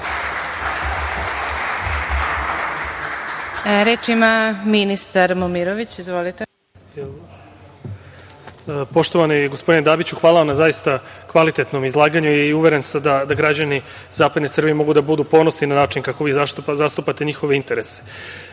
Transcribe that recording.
**Tomislav Momirović** Poštovani gospodine Dabiću, hvala vam na zaista kvalitetnom izlaganju. Uveren sam da građani zapadne Srbije mogu da budu ponosni na način kako vi zastupate njihove interese. Što